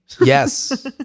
yes